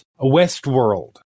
Westworld